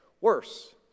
worse